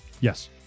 Yes